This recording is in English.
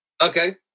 Okay